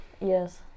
Yes